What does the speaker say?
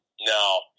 No